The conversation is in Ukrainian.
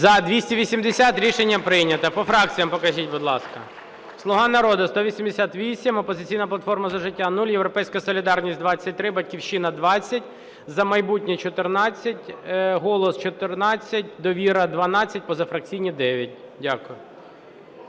За-280 Рішення прийнято. По фракціях покажіть, будь ласка. "Слуга народу" – 188, "Опозиційна платформа – За життя" – 0, "Європейська солідарність" – 23, "Батьківщина" – 20, "За майбутнє" – 14, "Голос" – 14, "Довіра" – 12, позафракційні – 9. Дякую.